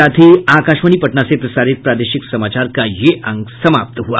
इसके साथ ही आकाशवाणी पटना से प्रसारित प्रादेशिक समाचार का ये अंक समाप्त हुआ